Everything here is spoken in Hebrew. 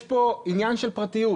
יש פה עניין של פרטיות.